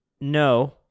no